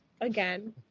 again